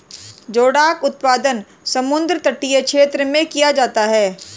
जोडाक उत्पादन समुद्र तटीय क्षेत्र में किया जाता है